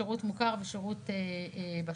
שירות מוכר בשירות בשב"ס,